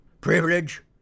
privilege